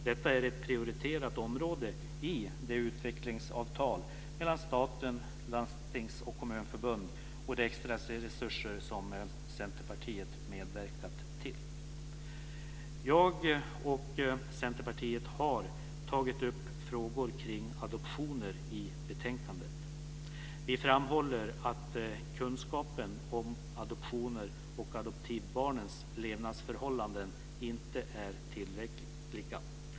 Detta är ett prioriterat område i det utvecklingsavtal mellan staten, landstings och kommunförbund och i de extra resurser som Centerpartiet har medverkat till. Jag och Centerpartiet har tagit upp frågor kring adoptioner i betänkandet. Vi framhåller att kunskapen om adoptioner och adoptivbarnens levnadsförhållanden inte är tillräckliga.